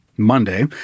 Monday